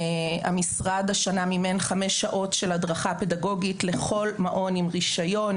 המשרד השנה מימן חמש שעות של הדרכה פדגוגית לכל מעון עם רישיון,